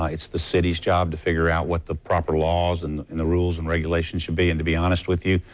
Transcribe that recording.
it's the city's job to figure out what the proper laws and and the rules and regulations should be. and to be honest with you,